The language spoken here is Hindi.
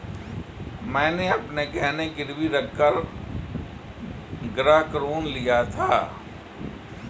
मैंने अपने गहने गिरवी रखकर गृह ऋण लिया था